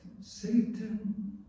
Satan